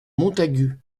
montagut